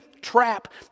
trap